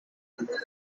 popular